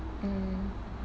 mm